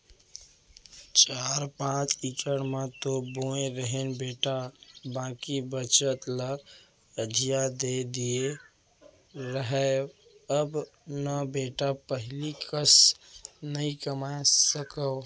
चार पॉंच इकड़ म तो बोए रहेन बेटा बाकी बचत ल अधिया दे दिए रहेंव अब न बेटा पहिली कस नइ कमाए सकव